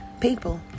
people